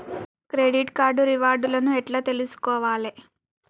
Credit card reward లను ఎట్ల తెలుసుకోవాలే?